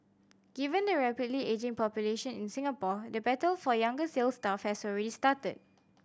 given the rapidly ageing population in Singapore the battle for younger sales staff has already started